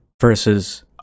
Versus